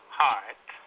heart